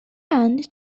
and